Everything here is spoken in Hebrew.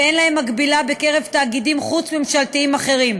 ואין להם מקבילה בקרב תאגידים חוץ-ממשלתיים אחרים: